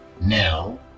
Now